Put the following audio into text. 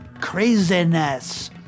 craziness